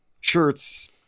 shirts